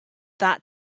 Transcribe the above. that